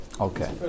Okay